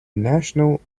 national